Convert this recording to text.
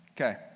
Okay